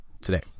today